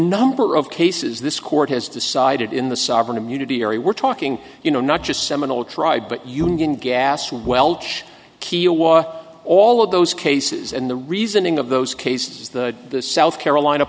number of cases this court has decided in the sovereign immunity area we're talking you know not just seminole tribe but union gas welsh keel was all of those cases and the reasoning of those cases the south carolina